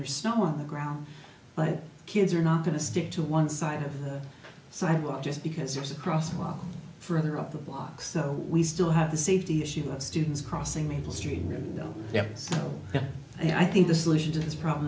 her snow on the ground but kids are not going to stick to one side of the sidewalk just because there's a cross walk further up the block so we still have the safety issue of students crossing maple street really no yet so i think the solution to this problem